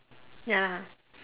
ya